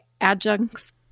adjuncts